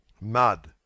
Mud